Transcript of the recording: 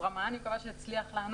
הזרמה אני מקווה שיצליח לנו